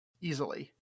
easily